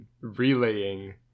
relaying